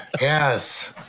Yes